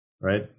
right